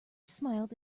smiled